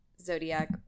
zodiac